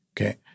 okay